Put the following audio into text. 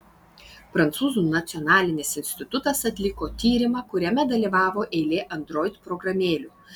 prancūzų nacionalinis institutas atliko tyrimą kuriame dalyvavo eilė android programėlių